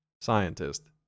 scientist